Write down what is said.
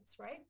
right